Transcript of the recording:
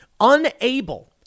unable